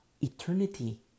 eternity